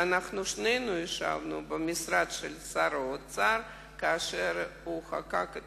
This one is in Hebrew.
שנינו ישבנו במשרד של שר האוצר כאשר הוא חוקק את